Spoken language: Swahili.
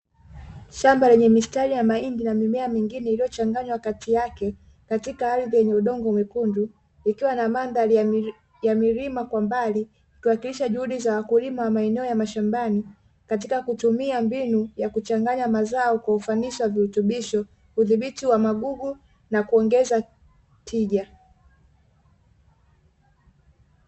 Shamba lenye mistari ya mahindi na mimea mingine iliyochangwanywa kati yake katika ardhi yenye udongo mwekundu, ikiwa na mandhari ya milima kwa mbali ikiwakilisha juhudi za wakulima wa maeneo ya mashambani, katika kutumia mbinu ya kuchanganya mazao kwa ufanisi wa virutubisho uthibiti wa magugu na kuongeza tija.